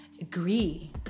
Agree